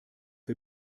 wir